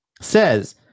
says